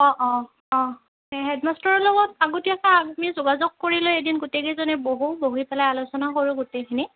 অঁ অঁ অঁ হেডমাষ্টাৰৰ লগত আগতীয়াকৈ আমি যোগাযোগ কৰিলে এদিন গোটেইকেইজনে বহোঁ বহি পেলাই আলোচনা কৰোঁ গোটেইখিনি